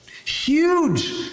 Huge